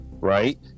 right